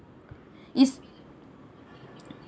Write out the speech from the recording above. it's